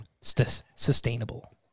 sustainable